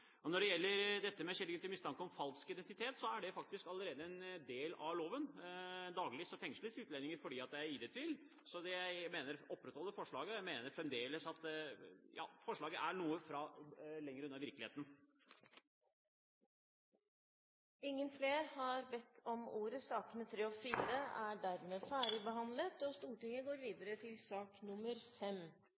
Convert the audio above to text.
Når det gjelder dette med skjellig grunn til mistanke om falsk identitet, er det faktisk allerede en del av loven. Daglig fengsles utlendinger fordi det er ID-tvil. Jeg opprettholder forslaget og mener fremdeles at forslaget er noe lenger unna virkeligheten. Flere har ikke bedt om ordet til sakene nr. 3 og 4. Etter ønske fra komiteen vil presidenten foreslå at taletiden begrenses til 40 minutter og fordeles med inntil 5 minutter til